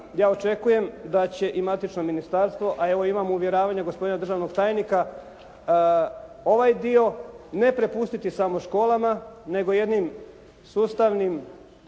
ja očekujem da će i matično ministarstvo, a evo imam uvjeravanja gospodina državnog tajnika, ovaj dio ne prepustiti samo školama, nego jednim sustavnim